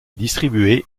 distribué